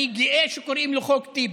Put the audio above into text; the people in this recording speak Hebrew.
אני גאה שקוראים לו "חוק טיבי",